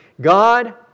God